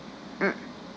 mm